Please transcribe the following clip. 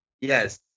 yes